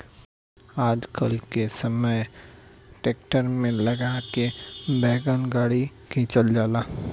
आजकल के समय ट्रैक्टर में लगा के वैगन गाड़ी खिंचल जाता